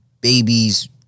babies